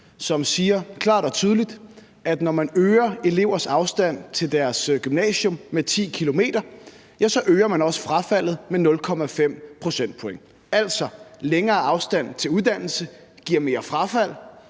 som siger klart og tydeligt, at når man øger elevers afstand til deres gymnasium med 10 km, ja, så øger man også frafaldet med 0,5 pct. Altså, længere afstand til uddannelse giver mere frafald.